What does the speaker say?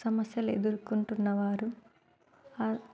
సమస్యలు ఎదుర్కొంటున్న వారు